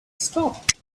stopped